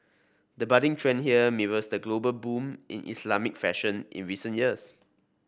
the budding trend here mirrors the global boom in Islamic fashion in recent years